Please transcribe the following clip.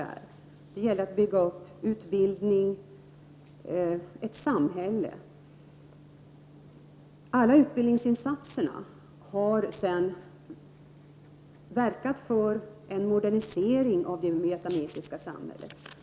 Det gällde att bygga upp utbildning och ett samhälle. Alla utbildningsinsatserna har sedan verkat för en modernisering av det vietnamesiska samhället.